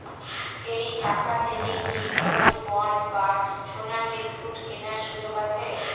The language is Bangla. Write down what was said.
এই শাখা থেকে কি গোল্ডবন্ড বা সোনার বিসকুট কেনার সুযোগ আছে?